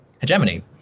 hegemony